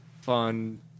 fun